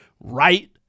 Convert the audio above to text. right